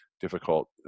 difficult